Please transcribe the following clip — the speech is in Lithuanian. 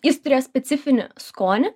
jis turėjo specifinį skonį